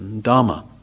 Dharma